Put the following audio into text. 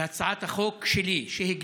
ואת הצעת החוק שלי ושל הרשימה המשותפת,